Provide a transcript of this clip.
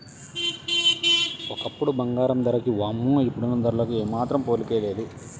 ఒకప్పుడు బంగారం ధరకి వామ్మో ఇప్పుడున్న ధరలకు ఏమాత్రం పోలికే లేదు